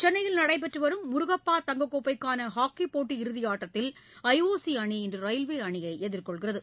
சென்னையில் நடைபெற்றுவரும் முருகப்பா தங்கப்கோப்பைக்கானஹாக்கிபோட்டி இறுதிஆட்டத்தில் ஐ ஓ சிஅணி இன்றுரயில்வேஅணியைஎதிர்கொள்கிறது